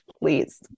please